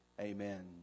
Amen